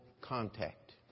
contact